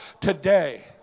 today